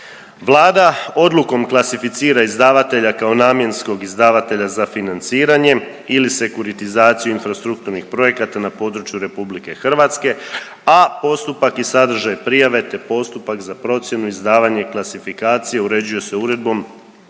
Vlada odlukom klasificira izdavatelja kao namjenskog izdavatelja za financiranje ili sekuritizaciju infrastrukturnih projekta na području RH, a postupak i sadržaj prijave te postupak za procjenu, izdavanje, klasifikaciju uređuje se uredbom